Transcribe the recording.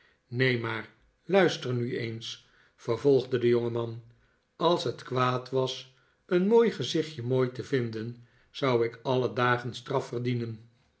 neen maar luister nu eens vervolgde de jongeman als het kwaad was een mooi gezichtje mooi te vinden zou ik alle dagen straf verdienen